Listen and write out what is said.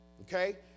okay